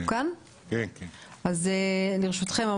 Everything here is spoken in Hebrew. ברשותכם,